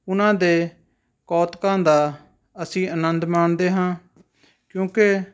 ਉਹਨਾਂ ਦੇ ਕੌਤਕਾਂ ਦਾ ਅਸੀਂ ਆਨੰਦ ਮਾਣਦੇ ਹਾਂ ਕਿਉਂਕਿ